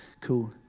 Cool